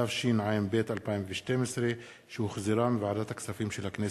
התשע"ב 2012, שהחזירה ועדת הכספים של הכנסת.